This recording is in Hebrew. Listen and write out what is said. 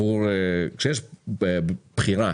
כשיש בחירה